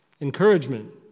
Encouragement